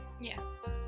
Yes